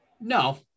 No